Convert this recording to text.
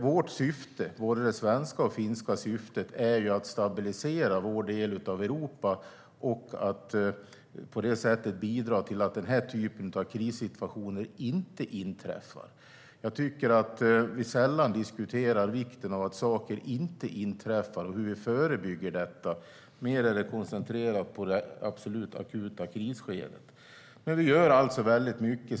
Vårt syfte, både det svenska och det finska syftet, är att stabilisera vår del av Europa och att på det sättet bidra till att den här typen av krissituationer inte uppstår. Jag tycker att vi sällan diskuterar vikten av att saker inte inträffar och hur vi förebygger, mer än när det är koncentrerat på det absolut akuta krisskedet. Vi gör alltså väldigt mycket.